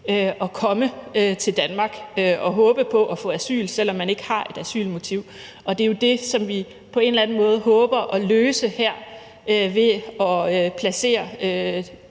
at komme til Danmark og håbe på at få asyl, selv om man ikke har et asylmotiv, og det er jo det, som vi på en